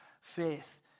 faith